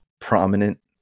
prominent